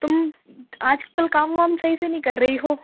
تم آج کل کام وام صحیح سے نہیں کر رہی ہو